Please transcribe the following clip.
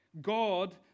God